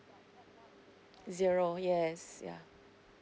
zero yes yeah